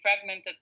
fragmented